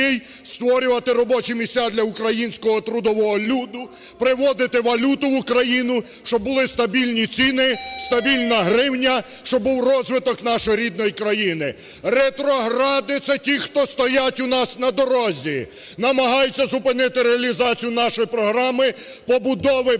створювати робочі місця для українського трудового люду, приводити валюту в Україну, щоб були стабільні ціни, стабільна гривня, щоб був розвиток нашої рідної країни. Ретрогради - це ті, хто стоять у нас на дорозі, намагаються зупинити реалізацію нашої програми побудови багатого